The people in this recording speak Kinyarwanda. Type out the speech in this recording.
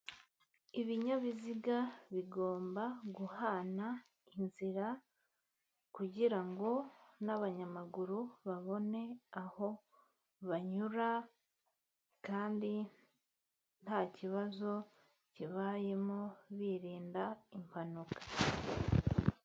Ibinyabiziga bigomba guhana inzira, kugira ngo n'abanyamaguru babone aho banyura, kandi nta kibazo kibayemo birinda impanuka.